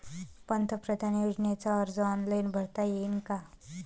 पंतप्रधान योजनेचा अर्ज ऑनलाईन करता येईन का?